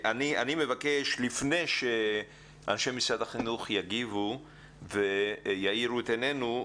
לפני שאנשי משרד החינוך יגיבו ויאירו את עינינו,